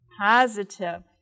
Positive